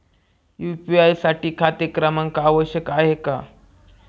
UPI साठी खाते क्रमांक आवश्यक आहे का?